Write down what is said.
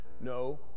No